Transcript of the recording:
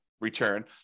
return